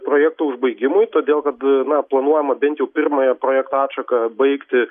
projekto užbaigimui todėl kad na planuojama bent jau pirmąją projekto atšaką baigti